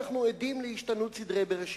והנה, אנחנו עדים להשתנות סדרי בראשית.